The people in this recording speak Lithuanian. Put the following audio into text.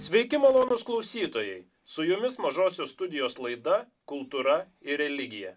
sveiki malonūs klausytojai su jumis mažosios studijos laida kultūra ir religija